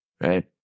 right